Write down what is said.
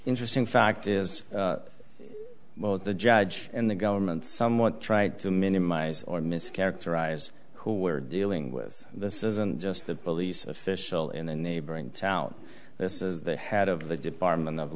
interesting fact is well as the judge and the government somewhat try to minimize or mischaracterize who we're dealing with this isn't just the police official in a neighboring town this is the head of the department of